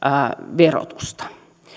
verotusta